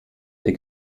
der